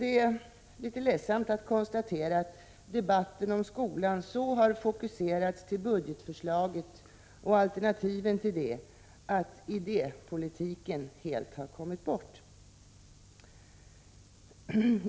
Det är litet ledsamt att konstatera att debatten om skolan så har fokuserats till budgetförslaget och alternativen till det att idépolitiken helt har kommit bort.